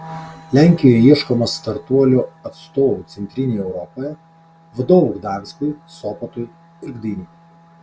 lenkijoje ieškoma startuolio atstovų centrinėje europoje vadovų gdanskui sopotui ir gdynei